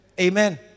Amen